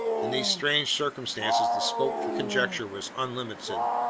in these strange circumstances the scope for conjecture was unlimited.